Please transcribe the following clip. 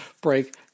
break